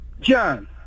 John